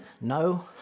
no